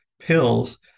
pills